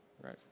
right